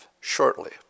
shortly